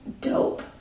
dope